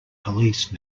police